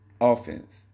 offense